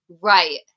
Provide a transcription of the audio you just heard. Right